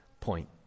point